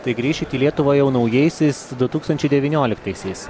tai grįšit į lietuvą jau naujaisiais du tūkstančiai devynioliktaisiais